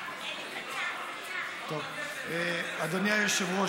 2018. אדוני היושב-ראש,